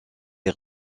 les